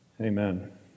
amen